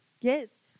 Yes